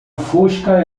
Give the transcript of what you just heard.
fusca